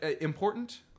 important